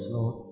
Lord